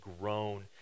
grown